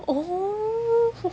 oh